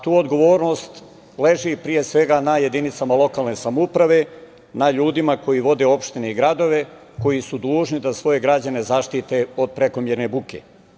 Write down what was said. Tu odgovornost leži pre svega na jedinicama lokalne samouprave, a na ljudima koji vode opštine i gradove i koji su dužni da svoje građane zaštite od prekomerne buke.